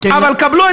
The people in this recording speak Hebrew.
ואי